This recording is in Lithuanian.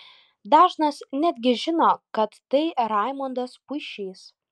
dažnas netgi žino kad tai raimondas puišys